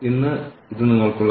അതിനാൽ നമുക്ക് പോകാം